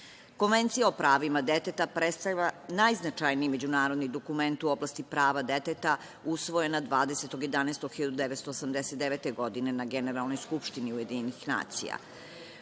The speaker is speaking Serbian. konvencija. Konvencija o pravima deteta predstavlja najznačajniji međunarodni dokument u oblasti prava deteta, usvojena 20.11.1989. godine na Generalnoj skupštini UN.